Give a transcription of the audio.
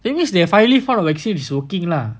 that means they have finally found a vaccine that it working lah